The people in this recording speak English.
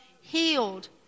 healed